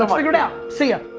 um figure it out. see ya.